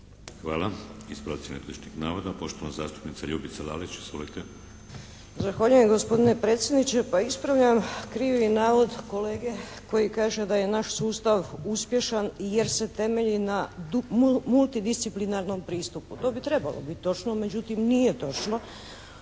Hvala. Ispravci netočnih navoda. Poštovana zastupnica Ljubica Lalić. Izvolite. **Lalić, Ljubica (HSS)** Zahvaljujem gospodine predsjedniče. Pa ispravljam krivi navod kolege koji kaže da je naš sustav uspješan jer se temelji na multidisciplinarnom pristupu. To bi trebalo biti točno, međutim nije točno.